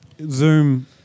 Zoom